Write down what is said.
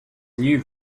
new